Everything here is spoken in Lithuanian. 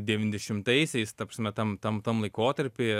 devyniasdešimtaisiais ta prasme tam tam tam laikotarpy